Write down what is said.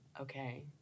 Okay